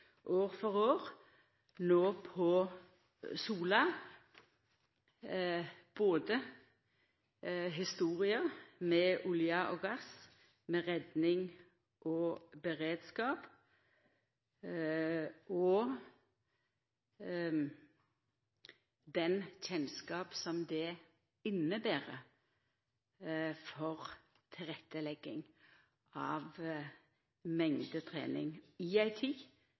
år for år – både med historia om olje og gass, med redning og beredskap og den kjennskapen som det inneber for å leggja til rette for mengdetrening. I ei tid